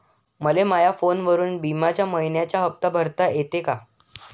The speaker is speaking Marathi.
मले माया फोनवरून बिम्याचा मइन्याचा हप्ता भरता येते का?